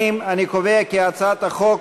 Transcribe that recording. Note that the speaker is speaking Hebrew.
הצעת חוק